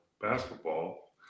basketball